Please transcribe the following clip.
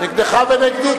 נגדך ונגדי.